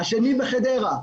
השני בחדרה,